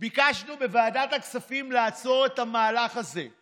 ביקשנו בוועדת הכספים לעצור את המהלך הזה.